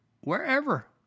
wherever